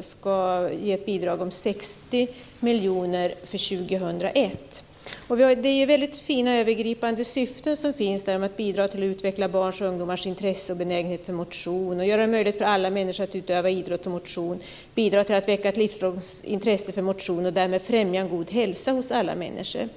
ska ge ett bidrag på 60 miljoner för år 2001. Det finns väldigt fina och övergripande syften för statsbidragen. De ska bidra till att utveckla barns och ungdomars intresse och benägenhet för motion, göra det möjligt för alla människor att utöva idrott och motion och bidra till att väcka ett livslångt intresse för motion och därmed främja en god hälsa hos alla människor.